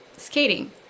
Skating